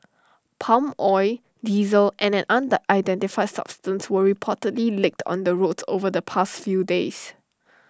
palm oil diesel and an unidentified substance were reportedly leaked on the roads over the past few days